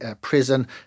prison